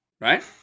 Right